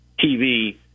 TV